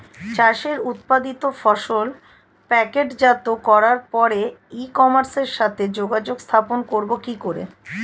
চাষের উৎপাদিত ফসল প্যাকেটজাত করার পরে ই কমার্সের সাথে যোগাযোগ স্থাপন করব কি করে?